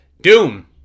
Doom